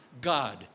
God